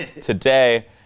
today